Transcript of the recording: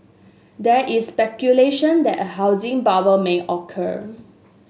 there is speculation that a housing bubble may occur